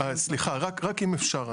סליחה, רק אם אפשר.